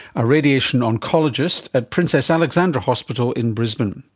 a radiation oncologist at princess alexandra hospital in brisbane.